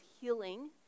healing